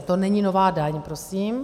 To není nová daň prosím.